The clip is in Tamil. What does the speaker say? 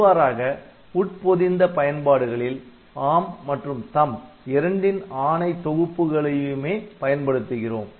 இவ்வாறாக உட்பொதிந்த பயன்பாடுகளில் ARM மற்றும் THUMB இரண்டின் ஆணை தொகுப்புகளையுமே பயன்படுத்துகிறோம்